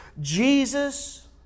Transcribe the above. Jesus